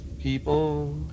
people